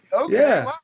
Okay